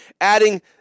adding